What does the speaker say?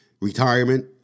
Retirement